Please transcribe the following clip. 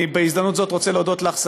אני בהזדמנות זאת רוצה להודות לך,